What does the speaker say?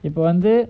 இப்பவந்து:ipa vandhu